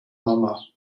mama